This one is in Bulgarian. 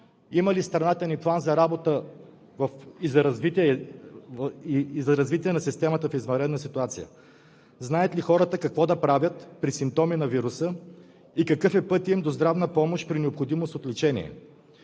Има ли страната ни план за работа и за развитие на системата в извънредна ситуация? Знаят ли хората какво да правят при симптоми на вируса и какъв е пътят им до здравна помощ при необходимост от лечение?